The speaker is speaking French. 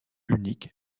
unique